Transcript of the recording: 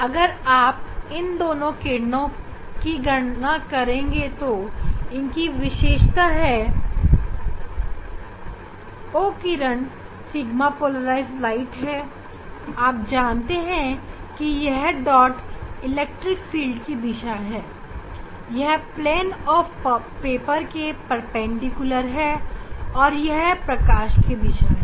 अगर आप इन दोनों किरण की गणना करेंगे तो इनकी विशेषता यह है कि O किरण सिगमा पोलेराइज प्रकाश है आप जानते हैं कि यह बिंदु इलेक्ट्रिक फ़ील्ड की दिशा है यह पेपर के प्लेन के परपेंडिकुलर है और यह प्रकाश की दिशा है